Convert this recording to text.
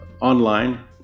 online